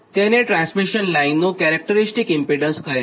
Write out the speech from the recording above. તેને ટ્રાન્સમિશન લાઇનનું characteristic impedance કહે છે